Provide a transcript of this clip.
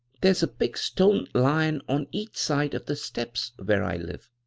tiiere's a big stone lion on each side of the steps where i live.